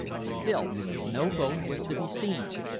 still no boat was to be seen,